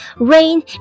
rain